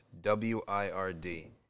W-I-R-D